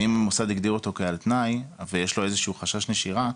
ואם המוסד הגדיר אותו כעל תנאי ויש לו איזשהו חשש נשירה,